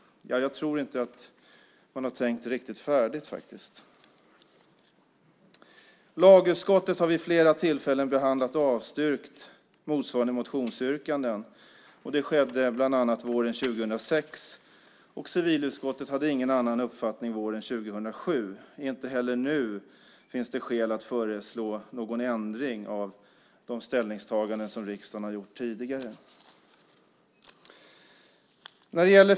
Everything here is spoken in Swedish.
Jag tror inte att man har tänkt färdigt här. Lagutskottet har vid flera tillfällen behandlat och avstyrkt motsvarande motionsyrkanden. Det skedde bland annat våren 2006. Civilutskottet hade ingen annan uppfattning våren 2007. Inte heller nu finns det skäl att föreslå någon ändring av de ställningstaganden som riksdagen har gjort tidigare.